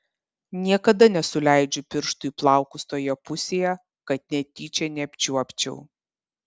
niekada nesuleidžiu pirštų į plaukus toje pusėje kad netyčia neapčiuopčiau